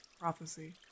prophecy